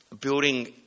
Building